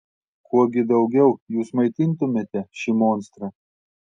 kuo gi daugiau jūs maitintumėte šį monstrą